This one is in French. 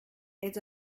elles